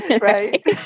right